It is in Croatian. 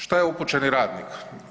Šta je upućeni radnik?